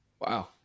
Wow